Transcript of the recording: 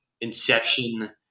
Inception